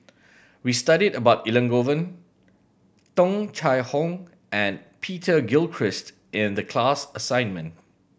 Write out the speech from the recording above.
we studied about Elangovan Tung Chye Hong and Peter Gilchrist in the class assignment